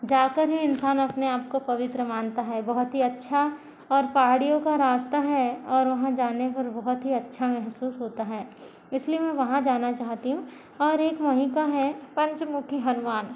जाकर ही इंसान अपने आपको पवित्र मानता है बहुत ही अच्छा और पहाड़ियों का रास्ता है और वहाँ जाने पर बहुत ही अच्छा महसूस होता है इसीलिए में वहाँ जाना चाहती हूँ और एक वहीं पर है पंचमुखी हनुमान